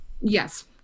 Yes